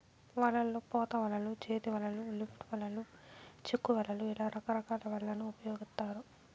వలల్లో పోత వలలు, చేతి వలలు, లిఫ్ట్ వలలు, చిక్కు వలలు ఇలా రకరకాల వలలను ఉపయోగిత్తారు